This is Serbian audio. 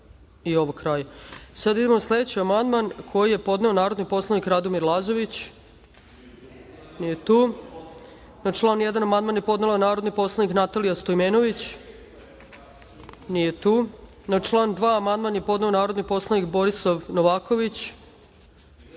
i ovo kraju. Sada idemo na sledeći amandman koji je podneo narodni poslanik Radomir Lazović. Nije tu. Na član 1. amandman je podnela narodni poslanik Natalija Stojmenović. Nije tu. Na član 2. amandman je podneo narodni poslanik Borislav Novaković. Nije tu. Na